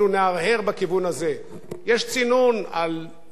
יש צינון על ריצה לפוליטיקה, את זה אני מקבל.